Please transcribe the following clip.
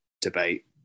debate